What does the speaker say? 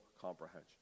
comprehension